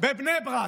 בבני ברק,